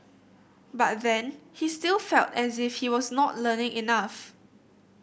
but then he still felt as if he was not learning enough